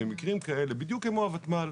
במקרים כאלה בדיוק כמו הותמ"ל,